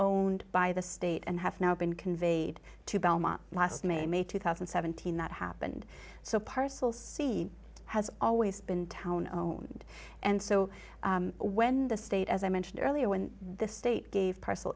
own by the state and have now been conveyed to belmont last may may two thousand and seventeen that happened so parcel c has always been town home and and so when the state as i mentioned earlier when the state gave parcel